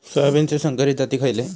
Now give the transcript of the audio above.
सोयाबीनचे संकरित जाती खयले?